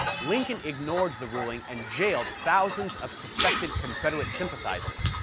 lincoln ignored the ruling and jailed thousands of suspected confederate sympathizers,